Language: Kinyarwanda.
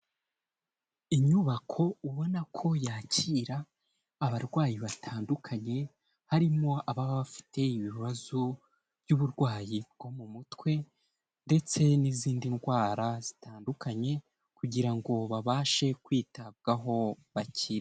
Inyubako ubona ko yakira abarwayi batandukanye, harimo ababa bafite ibibazo by'uburwayi bwo mu mutwe, ndetse n'izindi ndwara zitandukanye, kugira ngo babashe kwitabwaho bakire.